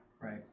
Right